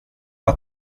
att